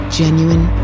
genuine